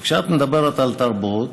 וכשאת מדברת על תרבות,